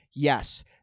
Yes